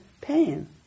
pain